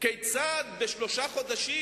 כיצד בשלושה חודשים,